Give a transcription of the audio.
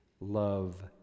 love